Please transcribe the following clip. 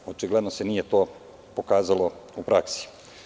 Očigledno se to nije pokazalo u praksi.